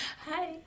hi